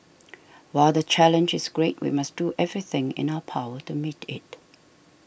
while the challenge is great we must do everything in our power to meet it